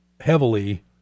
heavily